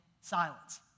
silence